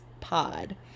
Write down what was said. pod